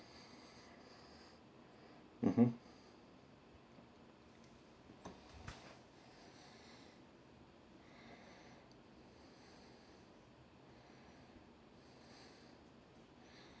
mmhmm